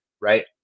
right